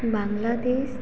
Bangladesh